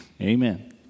Amen